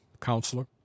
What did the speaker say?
counselor